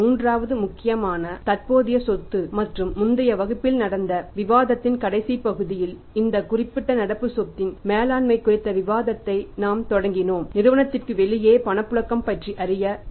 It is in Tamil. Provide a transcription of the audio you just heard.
மூன்றாவது முக்கியமான தற்போதைய சொத்து மற்றும் முந்தைய வகுப்பில் நடந்த விவாதத்தின் கடைசி பகுதியில் இந்த குறிப்பிட்ட நடப்பு சொத்தின் மேலாண்மை குறித்த விவாதத்தை நாம் தொடங்கினோம் நிறுவனத்திற்கு வெளியே பணப்புழக்கம் பற்றி அறிய அது எவ்வளவு முக்கியம்